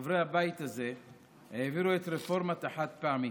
חברי הבית הזה העבירו את רפורמת החד-פעמי,